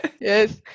yes